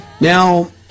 Now